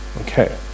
Okay